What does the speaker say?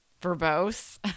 Verbose